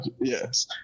Yes